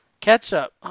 Ketchup